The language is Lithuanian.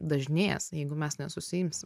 dažnėjąs jeigu mes nesusiimsim